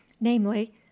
namely